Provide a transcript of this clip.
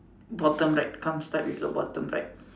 bottom right come start with the bottom right